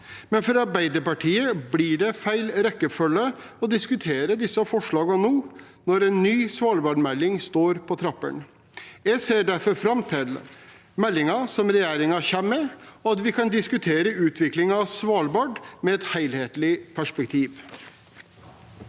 men for Arbeiderpartiet blir det feil rekkefølge å diskutere disse forslagene nå når en ny svalbardmelding er på trappene. Jeg ser derfor fram til meldingen som regjeringen kommer med, og til at vi kan diskutere utviklingen av Svalbard i et helhetlig perspektiv.